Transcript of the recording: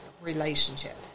relationship